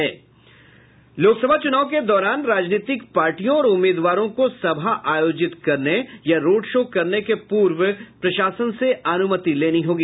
लोकसभा चुनाव के दौरान राजनीतिक पार्टियों और उम्मीदवारों को सभा आयोजित करने या रोड शो करने के पूर्व प्रशासन से अनुमति लेनी होगी